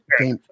okay